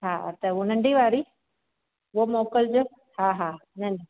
हा त हूअ नंढी वारी हूअ मोकिलजो हा हा हूं